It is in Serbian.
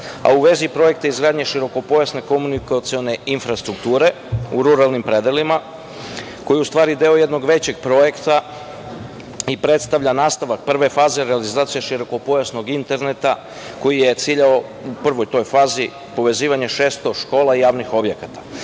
a u vezi Projekta izgradnje širokopojasne komunikacione infrastrukture u ruralnim predelima, koji je u stvari deo jednog većeg projekta i predstavlja nastavak prve faze realizacije širokopojasnog interneta, koji je ciljao u toj prvoj fazi povezivanje 600 škola i javnih objekata.